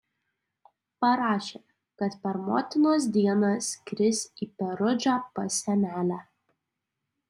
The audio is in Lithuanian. parašė kad per motinos dieną skris į perudžą pas senelę